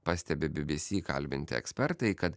pastebi bbc kalbinti ekspertai kad